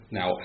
Now